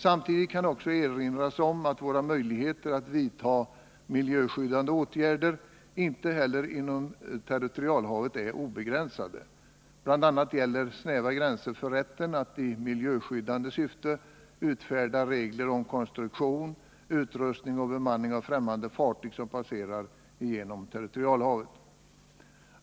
Samtidigt kan också erinras om att våra möjligheter att vidta miljöskyddande åtgärder inte heller inom territorialhavet är obegränsade. Bl. a. gäller snäva gränser för rätten att i miljöskyddande syfte utfärda regler om konstruktion, utrustning och bemanning av främmande fartyg som passerar igenom territorialhavet.